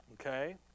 Okay